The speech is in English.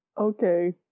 Okay